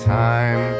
time